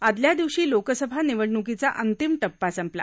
आदल्या दिवशी लोकसभा निवडण्कीचा अंतिम टप्पा संपला